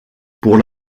pour